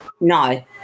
No